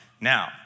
now